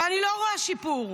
ואני לא רואה שיפור.